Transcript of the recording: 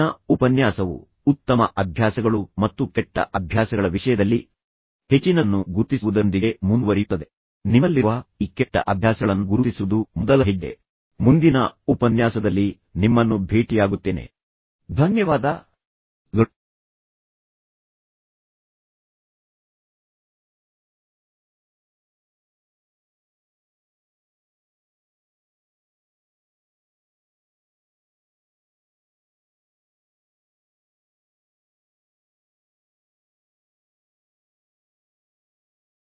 ಮುಂದಿನ ಉಪನ್ಯಾಸವು ಉತ್ತಮ ಅಭ್ಯಾಸಗಳು ಮತ್ತು ಕೆಟ್ಟ ಅಭ್ಯಾಸಗಳ ವಿಷಯದಲ್ಲಿ ಹೆಚ್ಚಿನದನ್ನು ಗುರುತಿಸುವುದರೊಂದಿಗೆ ಮುಂದುವರಿಯುತ್ತದೆ ಮತ್ತು ನಿಮ್ಮಲ್ಲಿರುವ ಈ ಕೆಟ್ಟ ಅಭ್ಯಾಸಗಳನ್ನು ಗುರುತಿಸುವುದು ಮೊದಲ ಹೆಜ್ಜೆ ಮತ್ತು ಮುಂದಿನ ಹಂತವೆಂದರೆ ಒಳ್ಳೆಯ ಅಭ್ಯಾಸಗಳ ವಿಷಯದಲ್ಲಿ ಅದನ್ನು ಪರಿವರ್ತಿಸುವುದು ಹೇಗೆ ಎಂದು ಯೋಚಿಸಿ